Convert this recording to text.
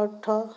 অৰ্থ